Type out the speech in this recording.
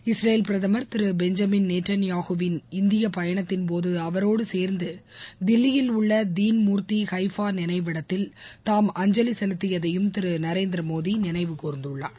Israel பிரதமர் Thiru Benjamin Netanyahu வின் இந்திய பயணத்தின்போது அவரோடு சேர்ந்து தில்லியில் உள்ள தீன்மூர்த்தி ஹைஃபா நினைவிடத்தில் தாம் அஞ்சலி செலுத்தியதையும் திரு நரேந்திரமோடி நினைவு கூர்ந்துள்ளார்